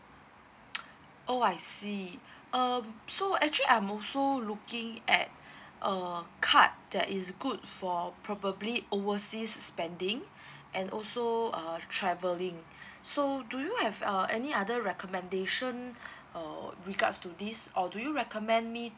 oh I see um so actually I'm also looking at uh card that is good for probably overseas spending and also uh travelling so do you have uh any other recommendation uh regards to this or do you recommend me